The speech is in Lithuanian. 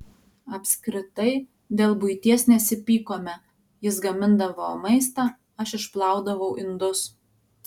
apskritai dėl buities nesipykome jis gamindavo maistą aš išplaudavau indus